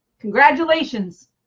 congratulations